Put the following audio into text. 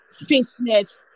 fishnets